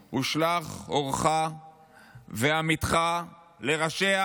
ושלח אורך ואמיתך לראשיה,